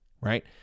right